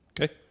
Okay